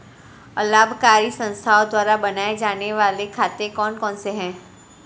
अलाभकारी संस्थाओं द्वारा बनाए जाने वाले खाते कौन कौनसे हैं?